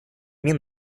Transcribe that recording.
мин